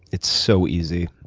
it's so easy,